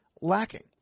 lacking